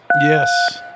Yes